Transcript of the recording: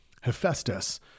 Hephaestus